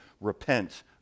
Repent